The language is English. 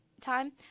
time